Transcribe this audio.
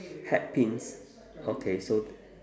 hatpins okay so